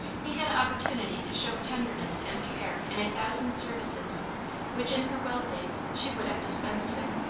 he had opportunity to show tenderness and care in a thousand services which in her well days she would have dispensed with.